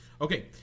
okay